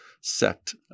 sect